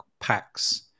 packs